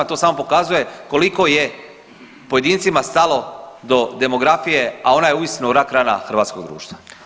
To samo pokazuje koliko je pojedincima stalo do demografije, a ona je uistinu rak rana hrvatskog društva.